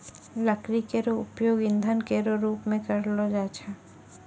लकड़ी केरो उपयोग ईंधन केरो रूप मे करलो जाय छै